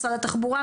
משרד התחבורה,